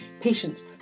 patients